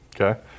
Okay